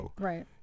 right